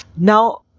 Now